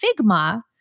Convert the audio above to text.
Figma